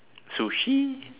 sushi